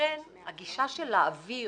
ולכן הגישה של להעביר